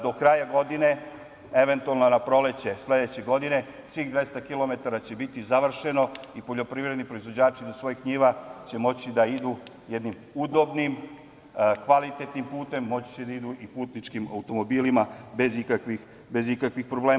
Do kraja godine, eventualno na proleće sledeće godine, svih 200 km će biti završeno i poljoprivredni proizvođači će do svojih njiva moći da idu jednim udobnim, kvalitetnim putem, moći će da idu i putničkim automobilima bez ikakvih problema.